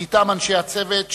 ואתם אנשי הצוות,